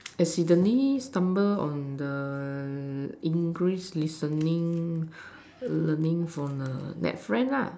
accidentally stumble on the English listening learning from err that friend lah